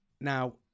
Now